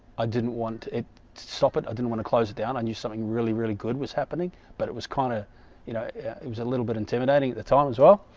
i didn't, want it stop it i didn't, want to close it down, i knew something really really good was happening but it was kind of you know it was a little bit intimidating at the time as, well